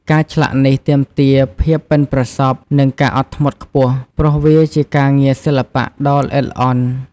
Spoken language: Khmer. ការឆ្លាក់នេះទាមទារភាពប៉ិនប្រសប់ និងការអត់ធ្មត់ខ្ពស់ ព្រោះវាជាការងារសិល្បៈដ៏ល្អិតល្អន់។